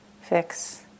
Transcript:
fix